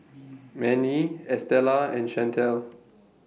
Mannie Estela and Shantel